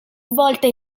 svolta